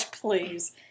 please